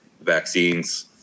vaccines